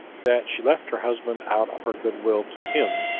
that she left her husband out of her good-will to him,